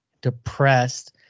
depressed